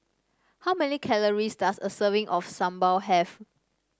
how many calories does a serving of sambal have